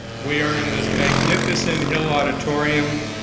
we are in this magnificent hill auditorium,